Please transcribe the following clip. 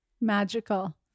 magical